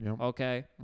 Okay